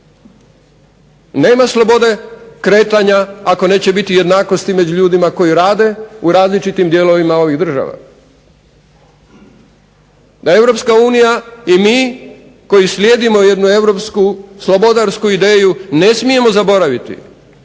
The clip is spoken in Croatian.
Nema slobode kretanja ako neće biti jednakosti među ljudima koji rade u različitim dijelovima ovih država. Da europska unija i mi koji slijedimo jednu europsku slobodarsku ideju ne smijemo zaboraviti